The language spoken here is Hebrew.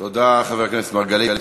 תודה, חבר הכנסת מרגלית.